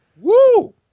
Woo